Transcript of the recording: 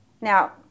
now